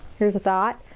here's a thought,